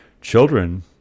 children